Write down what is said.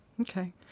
Okay